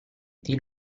dei